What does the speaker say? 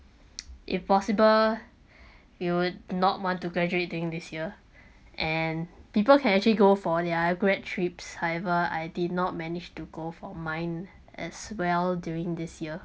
if possible you would not want to graduating this year and people can actually go for their great trips however I did not manage to go for mine as well during this year